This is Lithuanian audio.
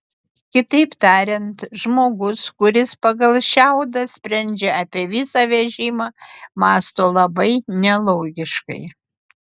kitaip tariant žmogus kuris pagal šiaudą sprendžia apie visą vežimą mąsto labai nelogiškai